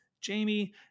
Jamie